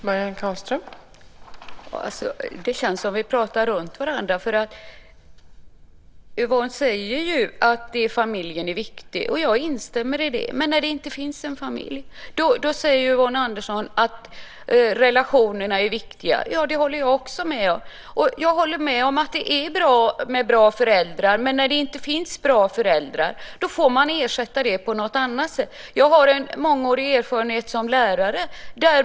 Fru talman! Det känns som om vi pratar runt varandra. Yvonne säger att familjen är viktig, och jag instämmer i det. Men ibland finns det inte en familj. Yvonne Andersson säger att relationerna är viktiga. Det håller jag också med om. Jag håller med om att det är bra med bra föräldrar, men när det inte finns bra föräldrar får man ersätta dem på något annat sätt. Jag har en mångårig erfarenhet som lärare.